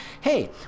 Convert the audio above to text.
Hey